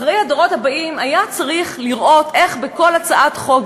אחראי הדורות הבאים היה צריך לראות איך בכל הצעת חוק,